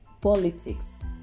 politics